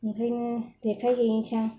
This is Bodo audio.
ओंखायनो देखाय हैनोसै आं